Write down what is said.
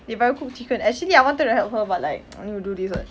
if I cook chicken actually I wanted to help her but like I wanted to do this [what]